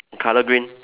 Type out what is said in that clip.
colour green